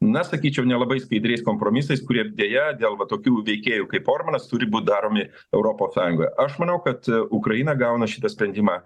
na sakyčiau nelabai skaidriais kompromisais kurie deja dėl va tokių veikėjų kaip orbanas turi būt daromi europos sąjungoje aš manau kad ukraina gauna šitą sprendimą